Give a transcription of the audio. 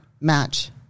match